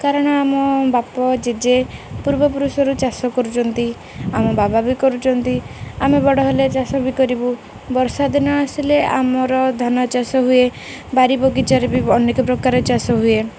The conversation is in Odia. କାରଣ ଆମ ବାପ ଜେଜେ ପୂର୍ବପୁରୁଷରୁ ଚାଷ କରୁଚନ୍ତି ଆମ ବାବା ବି କରୁଛନ୍ତି ଆମେ ବଡ଼ ହେଲେ ଚାଷ ବି କରିବୁ ବର୍ଷା ଦିନ ଆସିଲେ ଆମର ଧାନ ଚାଷ ହୁଏ ବାଡ଼ି ବଗିଚାରେ ବି ଅନେକ ପ୍ରକାର ଚାଷ ହୁଏ